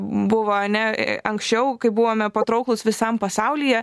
buvo ar ne anksčiau kai buvome patrauklūs visam pasaulyje